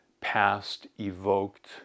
past-evoked